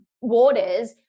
waters